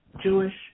Jewish